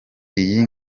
iyi